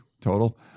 total